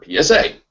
PSA